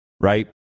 Right